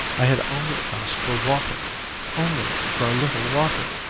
i had only asked for water only for a little water.